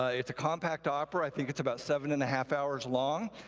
ah it's a compact opera. i think it's about seven and a half hours long.